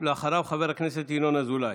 אחריו, חבר הכנסת ינון אזולאי.